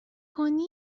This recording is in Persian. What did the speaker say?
کنی